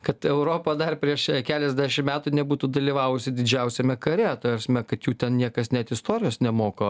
kad europa dar prieš keliasdešim metų nebūtų dalyvavusi didžiausiame kare ta prasme kad jų ten niekas net istorijos nemoko